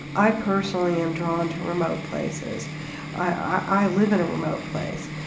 i personally am drawn to remote places i live in a remote place.